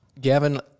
Gavin